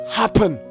happen